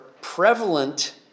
prevalent